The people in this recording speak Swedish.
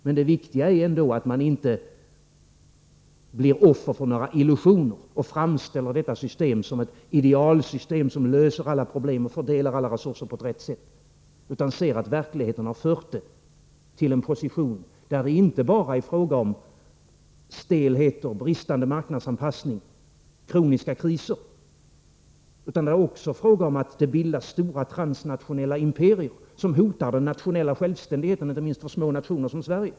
Men det viktiga är ändå att man inte blir offer för några illusioner och framställer detta system som ett idealsystem, vilket löser alla problem och fördelar alla resurser på rätt sätt. Man måste se att verkligheten har fört systemet till en position, där det inte bara är fråga om stelhet och bristande marknadsanpassning samt kroniska kriser. Nej, det är också fråga om att det bildas stora transnationella imperier som hotar den nationella självständigheten, inte minst för små nationer som Sverige.